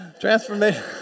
Transformation